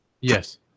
Yes